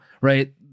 right